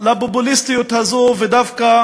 לפופוליסטיות הזאת ודווקא